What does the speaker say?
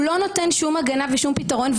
הוא לא נותן שום הגנה ושום פתרון,